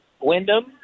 Wyndham